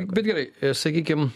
bet gerai sakykim